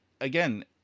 again